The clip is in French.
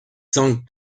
zhang